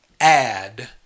add